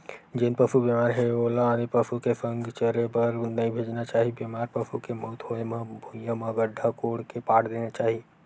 जेन पसु बेमार हे ओला आने पसु के संघ चरे बर नइ भेजना चाही, बेमार पसु के मउत होय म भुइँया म गड्ढ़ा कोड़ के पाट देना चाही